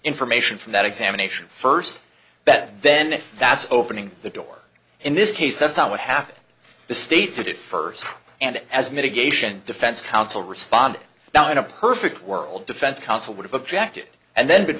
information from that examination first that then that's opening the door in this case that's not what happened the state to do first and as mitigation defense counsel responded now in a perfect world defense counsel would have objected and then been